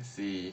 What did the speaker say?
I see